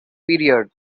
period